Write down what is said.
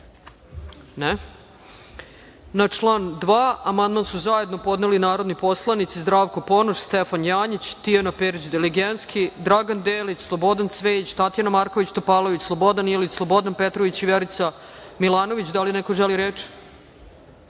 (Ne.)Na član 2. amandman su zajedno podneli narodni poslanici Zdravko Ponoš, Stefan Janjić, Tijana Perić Diligentski, Dragan Delić, Slobodan Cvejić, Tatjana Marković Topalović, Slobodan Ilić, Slobodan Petrović i Verica Milanović. Da li neko želi